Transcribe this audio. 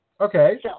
Okay